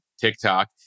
TikTok